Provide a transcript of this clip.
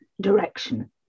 direction